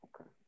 okay